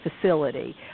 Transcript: facility